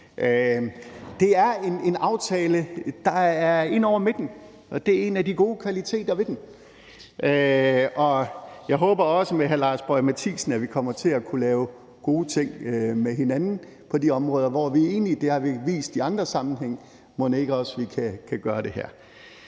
Det er en aftale, der er ind over midten, og det er en af de gode kvaliteter ved den, og jeg håber også med hr. Lars Boje Mathiesen, at vi kommer til at kunne lave gode ting med hinanden på de områder, hvor vi er enige. Det har vi jo vist i andre sammenhænge, og mon ikke også vi kan gøre det her?